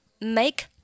Make